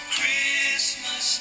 Christmas